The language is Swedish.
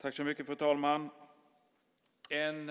Fru talman! En